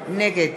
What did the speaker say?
נגד